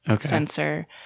sensor –